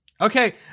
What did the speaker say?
Okay